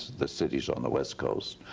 the cities on the west coast.